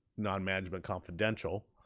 non-management confidential.